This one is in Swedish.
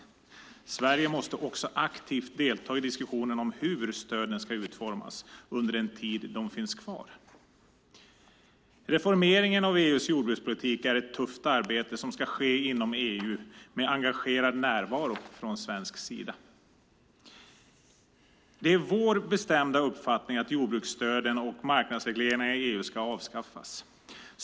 Sverige måste också aktivt delta i diskussionen om hur stöden ska utformas under den tid de finns kvar. Reformeringen av EU:s jordbrukspolitik är ett tufft arbete som ska ske inom EU med engagerad närvaro från svensk sida. Det är vår bestämda uppfattning att jordbruksstöden och marknadsregleringarna i EU ska avskaffas.